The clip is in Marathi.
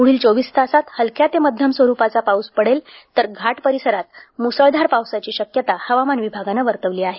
पुढील चोवीस तासांत हलक्या ते मध्यम स्वरुपाचा पाऊस पडेल तर घाट परिसरांत मुसळघार पावसाची शक्यता हवामान विभागानं वर्तवली आहे